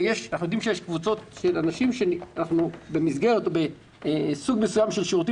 שיש קבוצות של אנשים שבמסגרת או בסוג מסוים של שירותים